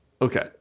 Okay